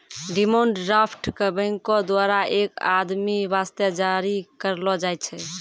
demand draft क बैंको द्वारा एक आदमी वास्ते जारी करलो जाय छै